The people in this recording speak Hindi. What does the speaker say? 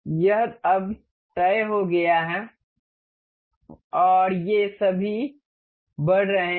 यह अब तय हो गया है और ये सभी बढ़ रहे हैं